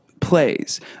plays